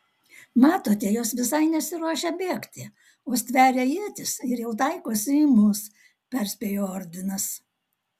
matote jos visai nesiruošia bėgti o stveria ietis ir jau taikosi į mus perspėjo ordinas